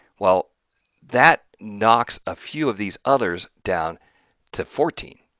well that knocks a few of these others down to fourteen.